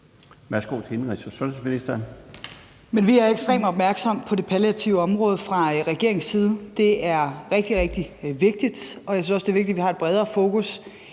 (Sophie Løhde): Vi er ekstremt opmærksomme på det palliative område fra regeringens side. Det er rigtig, rigtig vigtigt, og jeg synes også, at det er vigtigt, at vi har et bredere fokus,